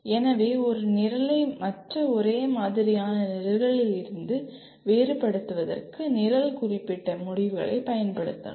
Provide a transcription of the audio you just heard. எனவே ஒரு நிரலை மற்ற ஒரே மாதிரியான நிரல்களிலிருந்து வேறுபடுத்துவதற்கு நிரல் குறிப்பிட்ட முடிவுகளைப் பயன்படுத்தலாம்